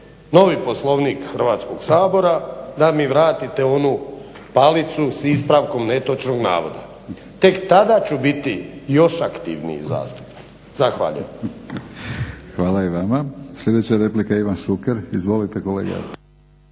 novi Poslovnik Hrvatskog sabora da mi vratite onu palicu s ispravkom netočnog navoda. Tek tada ću još aktivniji zastupnik. Zahvaljujem. **Batinić, Milorad (HNS)** Hvala i vama. Sljedeća replika Ivan Šuker. Izvolite kolega.